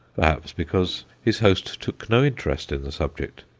perhaps because his host took no interest in the subject.